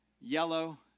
yellow